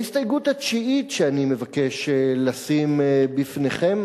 ההסתייגות התשיעית שאני מבקש לשים בפניכם,